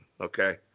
okay